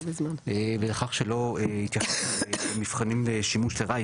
ולכך שלא התייחסו למבחנים לשימוש לרעה,